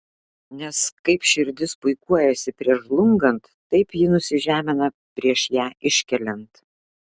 nes kaip širdis puikuojasi prieš žlungant taip ji nusižemina prieš ją iškeliant